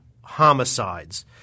homicides